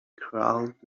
crawled